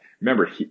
remember